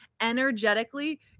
Energetically